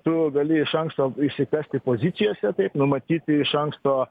tu gali iš anksto išsikasti pozicijose taip numatyti iš anksto